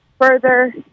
further